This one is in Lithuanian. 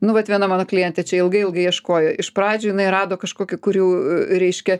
nu vat viena mano klientė čia ilgai ilgai ieškojo iš pradžių jinai rado kažkokį kurių reiškia